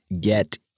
get